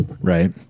right